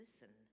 listen